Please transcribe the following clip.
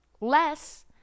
less